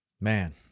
Man